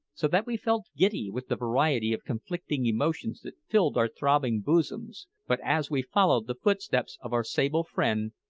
so that we felt giddy with the variety of conflicting emotions that filled our throbbing bosoms but as we followed the footsteps of our sable friend,